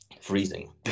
freezing